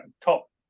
top